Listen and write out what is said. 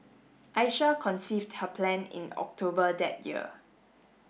Aisha conceived her plan in October that year